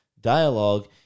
dialogue